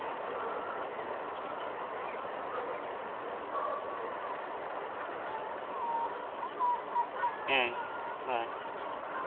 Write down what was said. ᱦᱮᱸ ᱦᱳᱭ